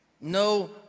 no